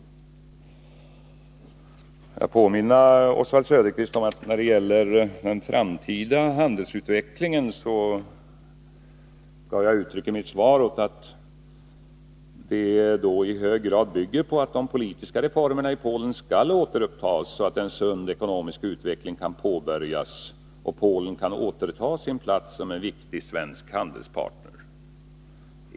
Får jag påminna Oswald Söderqvist om att jag i mitt svar gav uttryck för att den framtida handelsutvecklingen i hög grad bygger på att de politiska reformerna i Polen skall återupptas, så att en sund ekonomisk utveckling kan påbörjas och Polen kan återta sin plats som en viktig svensk handelspartner.